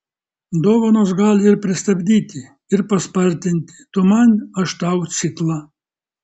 dovanos gali ir pristabdyti ir paspartinti tu man aš tau ciklą